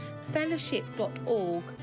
fellowship.org